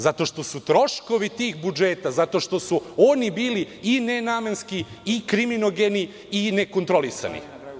Zato što su troškovi tih budžeta, zato što su oni bili i nenamenski i kriminogeni i nekontrolisani.